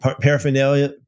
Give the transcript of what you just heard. paraphernalia